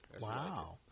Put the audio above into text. Wow